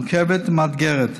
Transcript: מורכבת ומאתגרת.